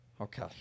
Okay